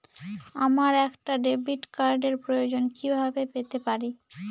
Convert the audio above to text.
আমার একটা ডেবিট কার্ডের প্রয়োজন কিভাবে পেতে পারি?